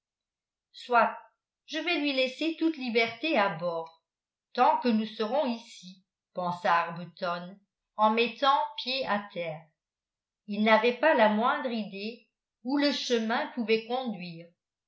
soit je vais lui laisser toute liberté à bord tant que nous serons ici pensa arbuton en mettant pied à terre il n'avait pas la moindre idée où le chemin pouvait conduire